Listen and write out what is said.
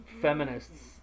feminists